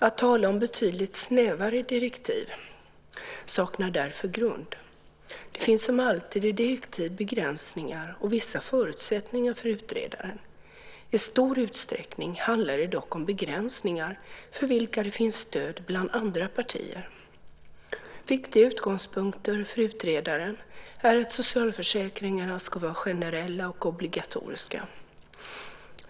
Att tala om "betydligt snävare direktiv" saknar därför grund. Det finns som alltid i direktiv begränsningar och vissa förutsättningar för utredaren. I stor utsträckning handlar det dock om begränsningar för vilka det finns stöd bland andra partier. Viktiga utgångspunkter för utredaren är att socialförsäkringarna ska vara generella och obligatoriska.